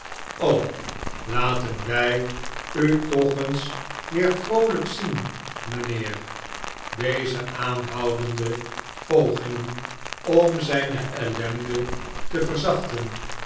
laten wij u toch eens weer vroolijk zien mijnheer deze aanhoudende pogingen om zijne ellende te verzachten